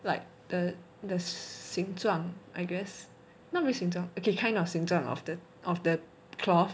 like the the 形状 I guess not really 形状 okay kind of 形状 and of the of the cloth